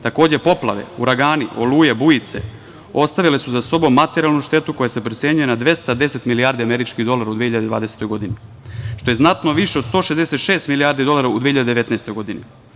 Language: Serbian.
Takođe, poplave, uragani, oluje, bujice ostavile su za sobom materijalnu štetu koja se procenjuje na 210 milijarde američkih dolara u 2020. godini, što je znatno više od 166 milijarde dolara u 2019. godini.